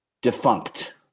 Defunct